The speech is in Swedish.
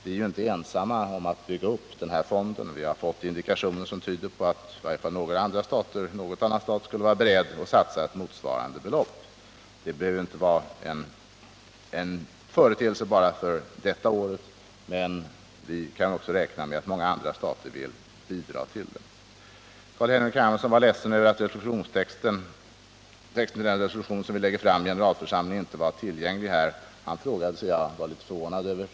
Vi är ju inte ensamma om att bygga upp fonden, och vi har ju i varje fall sett indikationer som tyder på att några andra stater eller åtminstone någon annan stat skulle vara beredd att satsa motsvarande belopp. Det behöver inte heller vara en företeelse bara för detta år. Vi kan också räkna med att många andra stater vill bidra till det ändamålet. Carl-Henrik Hermansson var ledsen över att texten i den resolution som vi lägger fram i generalförsamlingen inte är tillgänglig här. Han frågade sig om det var en gudarnas nyck.